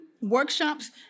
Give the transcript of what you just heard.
workshops